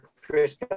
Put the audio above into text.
Chris